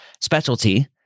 specialty